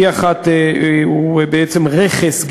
1E הוא בעצם רכס,